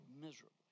miserably